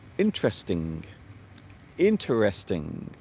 interesting interesting